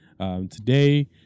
Today